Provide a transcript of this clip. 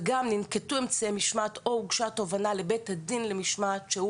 וגם ננקטו הליכי משמעת או הוגשה תובענה לבית הדין למשמעת שהוא